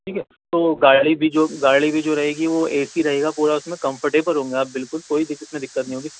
ٹھیک ہے تو گاڑی بھی جو گاڑی بھی جو رہے گی وہ اے سی رہے گا پورا اس میں کمفرٹیبل ہوں گے آپ بالکل کوئی میں دقت نہیں ہوگی